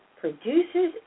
produces